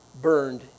burned